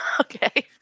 Okay